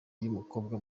y’umukobwa